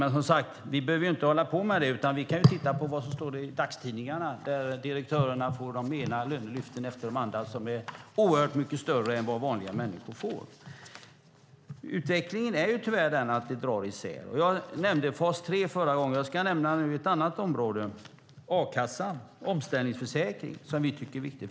Men vi behöver som sagt var inte hålla på med det, utan vi kan i stället titta i dagstidningarna där det står att direktörerna får det ena lönelyftet efter det andra som är oerhört mycket större än vad vanliga människor får. Utvecklingen är tyvärr den att samhället dras isär. Jag nämnde fas 3 i mitt förra inlägg. Jag ska nu nämna ett annat område, nämligen a-kassan, en omställningsförsäkring som vi tycker är viktig.